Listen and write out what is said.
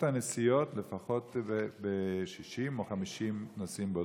הנסיעות לפחות ל-60 או ל-50 נוסעים באוטובוס?